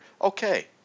okay